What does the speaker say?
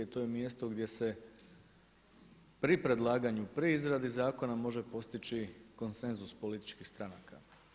I to je mjesto gdje se pri predlaganju, pri izradi zakona može postići konsenzus političkih stranka.